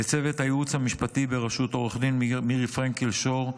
לצוות הייעוץ המשפטי בראשות עו"ד מירי פרנקל שור,